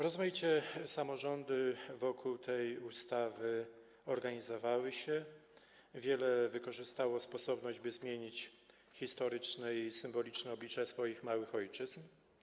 Rozmaicie samorządy wokół tej ustawy się organizowały, wiele wykorzystało sposobność, by zmienić historyczne i symboliczne oblicza swoich małych ojczyzn.